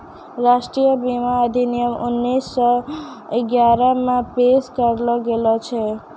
राष्ट्रीय बीमा अधिनियम उन्नीस सौ ग्यारहे मे पेश करलो गेलो छलै